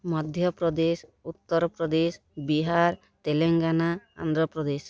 Madhya Pradesh Uttar Pradesh Bihar Telangana Andhra Pradesh